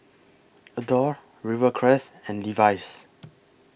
Adore Rivercrest and Levi's